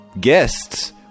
guests